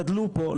גדלו פה,